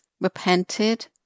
repented